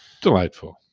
Delightful